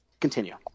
continue